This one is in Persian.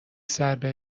ضربه